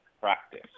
Practice